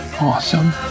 Awesome